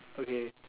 okay